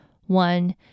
one